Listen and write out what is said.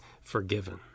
forgiven